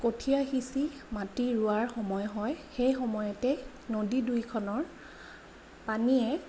কঠিয়া সিঁচি মাটি ৰোৱাৰ সময় হয় সেই সময়তে নদী দুইখনৰ পানীয়ে